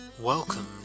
Welcome